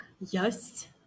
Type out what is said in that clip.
yes